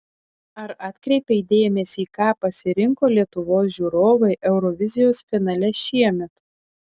ar atkreipei dėmesį ką pasirinko lietuvos žiūrovai eurovizijos finale šiemet